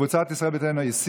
קבוצת ישראל ביתנו, הסירה.